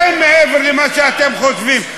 הרבה מעבר למה שאתם חושבים.